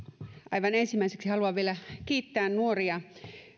aivan ensimmäiseksi haluan vielä kiittää nuoria